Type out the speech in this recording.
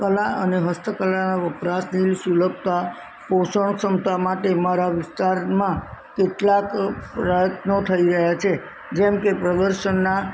કળા અને હસ્તકળા વપરાશની સુલભતા પોષણ ક્ષમતા માટે મારા વિસ્તારમાં કેટલાક પ્રયત્નો થઈ રહ્યા છે જેમ કે પ્રદર્શનનાં